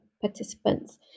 participants